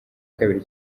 kabiri